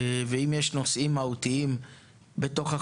אם יש נושאים מהותיים בחוק,